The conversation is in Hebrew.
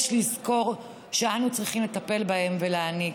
יש לזכור שאנו צריכים לטפל בהם ולהעניש.